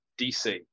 DC